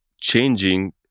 changing